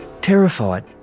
Terrified